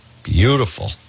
Beautiful